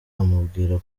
amubwira